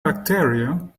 bacteria